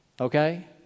Okay